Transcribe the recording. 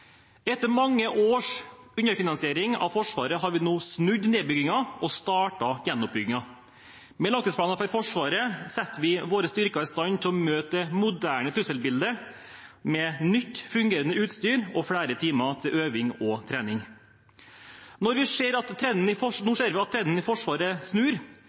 Etter mange års underfinansiering av Forsvaret har vi nå snudd nedbyggingen og startet gjenoppbyggingen. Med langtidsplanen for Forsvaret setter vi våre styrker i stand til å møte det moderne trusselbildet med nytt, fungerende utstyr og flere timer til øving og trening. Nå ser vi at trenden i